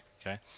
Okay